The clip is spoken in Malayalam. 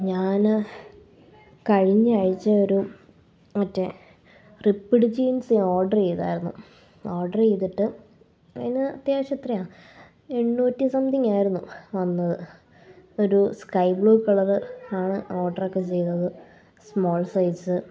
ഞാൻ കഴിഞ്ഞ ആഴ്ച ഒരു മറ്റേ റിപ്പ്ട് ജീന്സ് ഓഡറ് ചെയ്തതായിരുന്നു ഓഡറ് ചെയ്തിട്ട് അതിന് അത്യാവശ്യം എത്രയാ എണ്ണൂറ്റി സംതിങ്ങായിരുന്നു വന്നത് ഒരു സ്കൈ ബ്ലൂ കളറ് ആണ് ഓർഡറൊക്കെ ചെയ്തത് സ്മാള് സൈസ്